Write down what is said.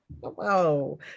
Wow